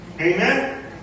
Amen